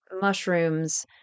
mushrooms